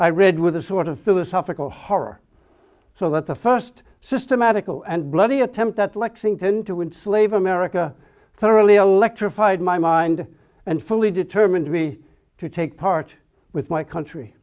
i read with a sort of philosophical horror so that the first systematical and bloody attempt at lexington to enslave america thoroughly electrified my mind and fully determined to be to take part with my country